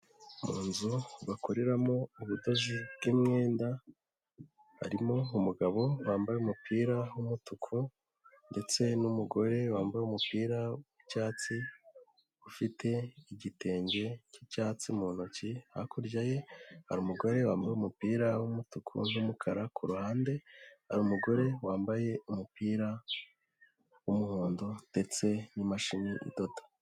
Mu nzu bakoreramo ubudozi bw'imwenda barimo umugabo wambaye umupira w'umutuku ndetse n'umugore wambaye umupira w'icyatsi ufite igitenge k'icyatsi mu ntoki, hakurya ye hari umugore wambaye umupira w'umutuku n'umukara, ku ruhande hari umugore wambaye umupira w'umuhondo ndetse n'imashini idoda.